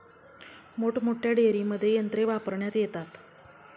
मोठमोठ्या डेअरींमध्ये यंत्रे वापरण्यात येतात